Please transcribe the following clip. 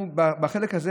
ובחלק הזה,